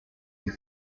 you